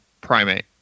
primate